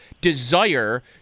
desire